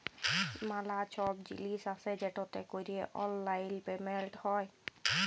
ম্যালা ছব জিলিস আসে যেটতে ক্যরে অললাইল পেমেলট হ্যয়